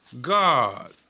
God